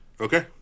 Okay